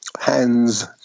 hands